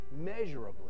measurably